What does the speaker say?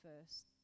first